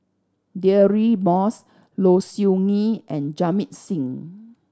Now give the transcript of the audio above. Deirdre Moss Low Siew Nghee and Jamit Singh